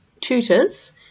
tutors